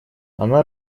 она